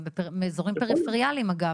גם באזורים פריפריאליים אגב,